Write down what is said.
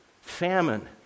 famine